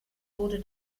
wurde